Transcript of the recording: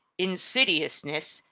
insidiousness,